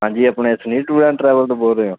ਹਾਂਜੀ ਆਪਣੇ Sunil tour and travel ਤੋਂ ਬੋਲ ਰਹੇ ਹੋ